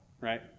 right